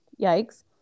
yikes